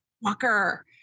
Walker